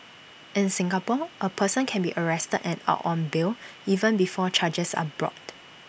in Singapore A person can be arrested and out on bail even before charges are brought